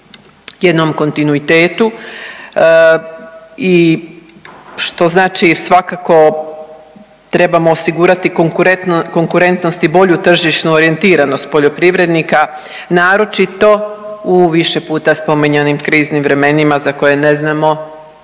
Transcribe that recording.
jednom kontinuitetu i što znači svakako trebamo osigurati konkurentnost i bolju tržišnu orijentiranost poljoprivrednika naročito u više puta spominjanim kriznim vremenima za koje ne znamo